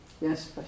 Yes